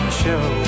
show